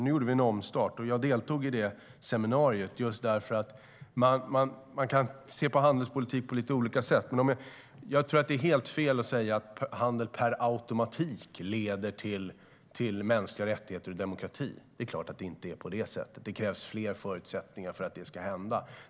Nu gjorde vi en omstart, och jag deltog som sagt i det seminariet. Det är fel att säga att handel per automatik leder till mänskliga rättigheter och demokrati. Så är det givetvis inte. Det krävs fler förutsättningar för att det ska hända.